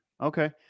Okay